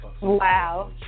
Wow